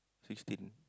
sixteen